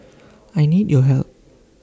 I need your help